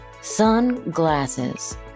Sunglasses